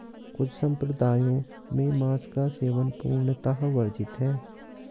कुछ सम्प्रदायों में मांस का सेवन पूर्णतः वर्जित है